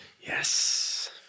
Yes